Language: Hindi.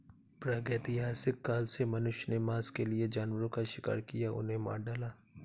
प्रागैतिहासिक काल से मनुष्य ने मांस के लिए जानवरों का शिकार किया, उन्हें मार डाला